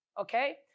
okay